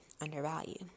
undervalued